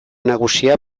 nagusia